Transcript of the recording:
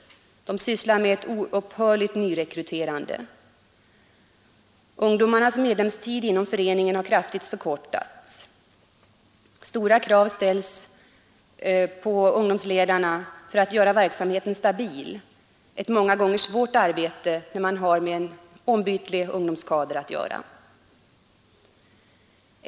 De sysslar med ett oupphörligt nyrekryterande. Ungdomarnas medlemstid inom föreningen har kraftigt förkortats. Stora krav ställs på ungdomsledarna när det gäller att göra verksamheten stabil, ett många gånger svårt arbete när man har med en ombytlig ungdomskader att göra.